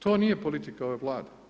To nije politika ove Vlade.